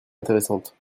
intéressante